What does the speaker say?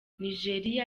nigeria